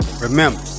remember